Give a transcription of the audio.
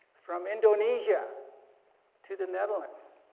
from indonesia to the netherlands.